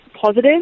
positive